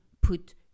put